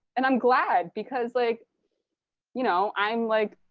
and i'm glad, because like you know i'm like